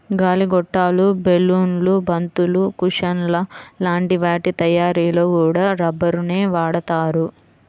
గాలి గొట్టాలు, బెలూన్లు, బంతులు, కుషన్ల లాంటి వాటి తయ్యారీలో కూడా రబ్బరునే వాడతారు